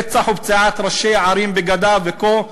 רצח ופציעת ראשי ערים בגדה, וכו'.